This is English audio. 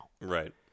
Right